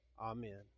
Amen